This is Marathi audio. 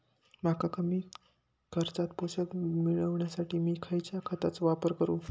मका कमी खर्चात पोषक पीक मिळण्यासाठी मी खैयच्या खतांचो वापर करू?